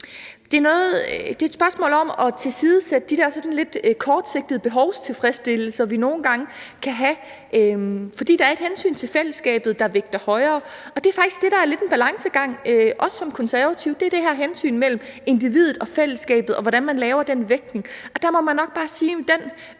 Det er et spørgsmål om at tilsidesætte de der sådan lidt kortsigtede behovstilfredsstillelser, som vi nogle gange kan have, fordi der er et hensyn til fællesskabet, der vægtes højere. Og det er faktisk det, der er lidt en balancegang, også som konservativ, nemlig den her balancegang mellem hensynet til individet og til fællesskabet, og hvordan man laver den vægtning. Og der må man nok bare sige, at i